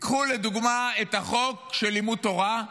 קחו לדוגמה את החוק של לימוד תורה,